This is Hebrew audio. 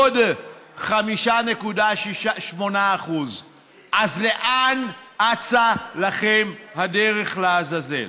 עוד 5.8%. אז לאן אצה לכם הדרך, לעזאזל?